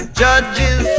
judges